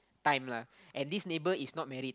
time lah and this neighbour is not married